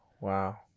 Wow